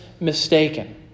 mistaken